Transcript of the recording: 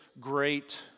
great